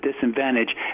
disadvantage